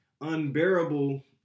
unbearable